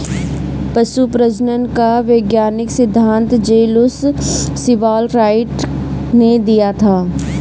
पशु प्रजनन का वैज्ञानिक सिद्धांत जे लुश सीवाल राइट ने दिया था